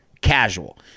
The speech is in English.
Casual